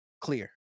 Clear